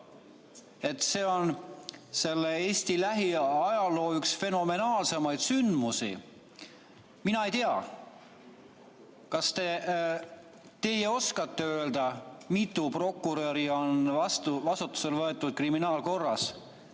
See on Eesti lähiajaloo üks fenomenaalsemaid sündmusi. Mina ei tea, kas teie oskate öelda, mitu prokuröri on kriminaalkorras